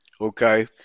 Okay